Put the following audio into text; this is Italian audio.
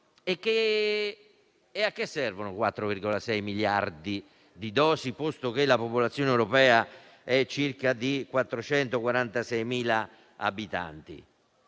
A cosa servono 4,6 miliardi di dosi, posto che la popolazione europea è circa di 446 milioni di abitanti?